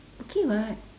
okay [what]